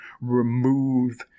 remove